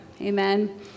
Amen